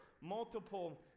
multiple